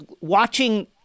watching